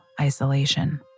isolation